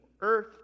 earth